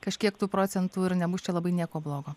kažkiek tų procentų ir nebus čia labai nieko blogo